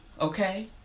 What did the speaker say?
okay